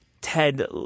Ted